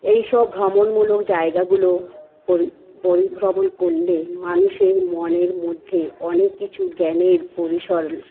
এইসব ভ্রমণমূলক জায়গাগুলো পরিভ্রমন করলে মানুষের মনের মধ্যে অনেক কিছু জ্ঞানের পরিসর